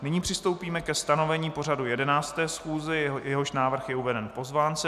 Nyní přistoupíme ke stanovení pořadu 11. schůze, jehož návrh je uveden v pozvánce.